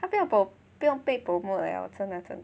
他不用 pro~ 他不用被 promote liao 真的真的